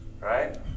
right